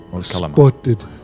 spotted